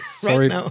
Sorry